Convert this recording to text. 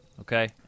Okay